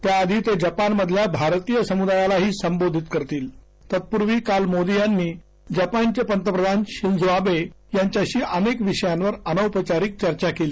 त्याआधी ते भारतीय समुदायालाही संबोधीत करतील तत्पूर्वी काल मोदी यांनी जपानचे पंतप्रधान शिंजो आवे यांच्याशी अनेक विषयांवि अनौपचारीक चर्चा केली